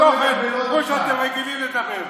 כמו שאתם רגילים לדבר.